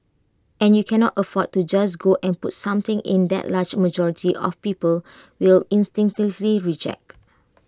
and you cannot afford to just go and put something in that A large majority of people will instinctively reject